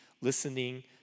listening